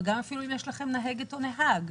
גם אם יש לכם נהגת או נהג,